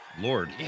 lord